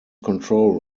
control